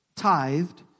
tithed